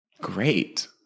Great